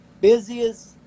busiest